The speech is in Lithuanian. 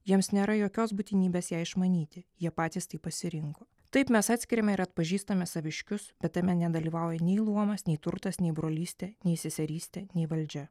jiems nėra jokios būtinybės ją išmanyti jie patys taip pasirinko taip mes atskiriame ir atpažįstame saviškius bet tame nedalyvauja nei luomas nei turtas nei brolystė nei seserystė nei valdžia